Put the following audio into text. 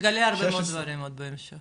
נגלה עוד הרבה מאוד דברים עוד בהמשך.